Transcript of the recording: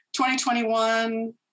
2021